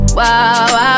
wow